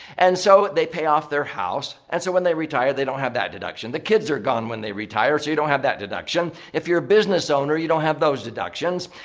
and so, they pay off their house and so when they retire, they don't have that deduction. the kids are gone when they retire so you don't have that deduction. if you're a business owner, you don't have those deductions.